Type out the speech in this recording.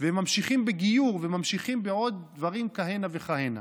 הם ממשיכים בגיור וממשיכים בעוד דברים כהנה וכהנה.